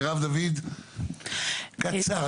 מרב דוד, קצר.